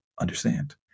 understand